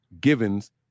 Givens